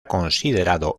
considerado